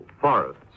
forests